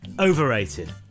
Overrated